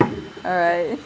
alright